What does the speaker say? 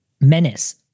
menace